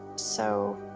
so.